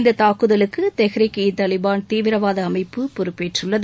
இந்த தாக்குதலுக்கு தெஹ்ரிக் இ தாலிபான் தீவிரவாத அமைப்பு பொறுப்பேற்றுள்ளது